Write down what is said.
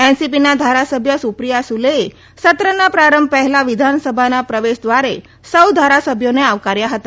એનસીપીના ધારાસભ્ય સુપ્રિયા સુલેએ સત્રના પ્રારંભ પહેલા વિધાનસભાના પ્રવેશ દ્વારે સૌ ધારાસભ્યોને આવકાર્યા હતા